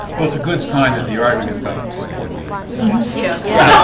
well, it's a good sign that the arguing is about important things yeah yeah